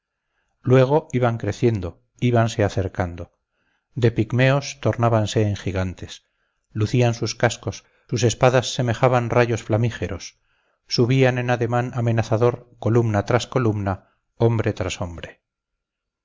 luego iban creciendo íbanse acercando de pigmeos tornábanse en gigantes lucían sus cascos sus espadas semejaban rayos flamígeros subían en ademán amenazador columna tras columna hombre tras hombre